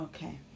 Okay